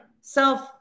self